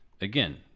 Again